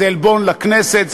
זה עלבון לכנסת,